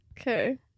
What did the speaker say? Okay